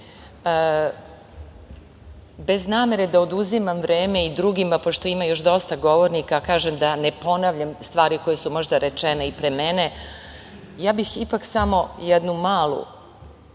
namere da oduzimam vreme i drugima, pošto ima još dosta govornika, a kažem da ne ponavljam stvari koje su možda rečene i pre mene, ja bih ipak samo jedan mali